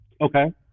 Okay